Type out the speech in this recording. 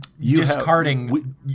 discarding